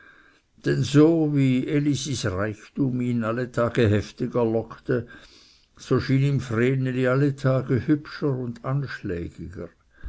denn so wie elisis reichtum ihn alle tage heftiger lockte so schien ihm vreneli alle tage hübscher und anschlägiger